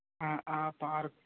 ఆ పార్క్